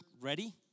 ready